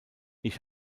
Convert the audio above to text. ich